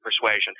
persuasion